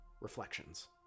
reflections